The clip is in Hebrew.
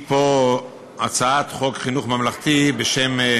פה את הצעת חוק חינוך ממלכתי (תיקון,